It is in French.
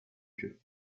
queue